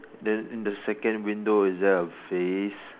then in the second window is there a face